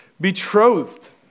betrothed